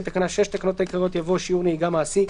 תקנה 6 לתקנות העיקריות יבוא:"שיעור נהיגה מעשי.